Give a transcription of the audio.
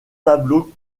tableaux